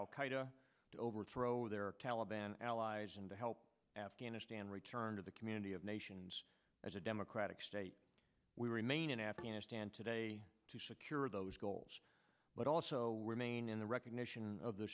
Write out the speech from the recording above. to overthrow their taliban allies and to help afghanistan return to the community of nations as a democratic state we remain in afghanistan today to secure those goals but also remain in the recognition of the